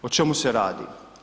O čemu se radi?